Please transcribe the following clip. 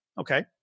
okay